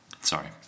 sorry